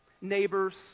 neighbors